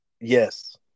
yes